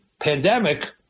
pandemic